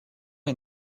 est